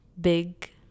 big